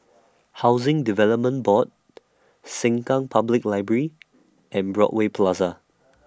Housing Development Board Sengkang Public Library and Broadway Plaza